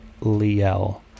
Liel